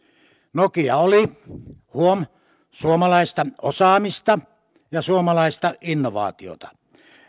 nokia oli huom suomalaista osaamista ja suomalaista innovaatiota